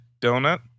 donut